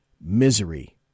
Misery